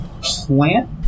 plant